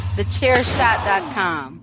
Thechairshot.com